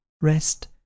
rest